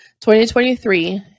2023